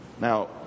Now